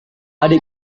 adik